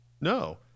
No